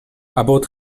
about